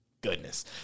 goodness